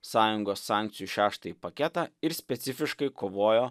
sąjungos sankcijų šeštąjį paketą ir specifiškai kovojo